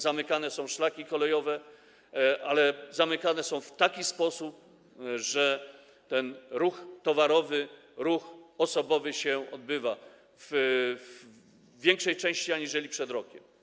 Zamykane są szlaki kolejowe, ale zamykane są w taki sposób, że ruch towarowy, ruch osobowy odbywa się w większej skali aniżeli przed rokiem.